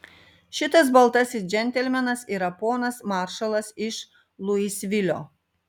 šitas baltasis džentelmenas yra ponas maršalas iš luisvilio